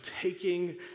taking